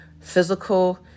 physical